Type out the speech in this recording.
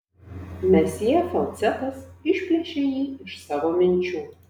mesjė falcetas išplėšė jį iš savo minčių